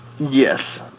Yes